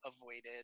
avoided